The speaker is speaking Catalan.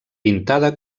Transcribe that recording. pintada